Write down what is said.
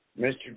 Mr